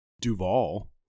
Duval